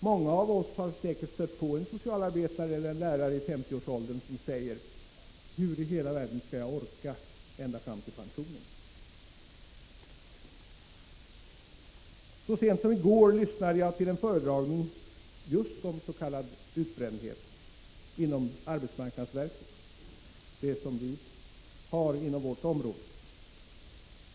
Många av oss har säkert stött på en socialarbetare eller lärare i 50-årsåldern som säger: Hur i hela världen skall jag orka ända fram till pensionen? Så sent som i går lyssnade jag till en föredragning om just s.k. utbrändhet inom arbetsmarknadsverket — det som vi har inom vårt område.